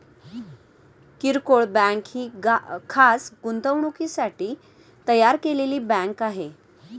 किरकोळ बँक ही खास गुंतवणुकीसाठी तयार केलेली बँक आहे